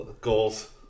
Goals